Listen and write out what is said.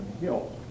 Hill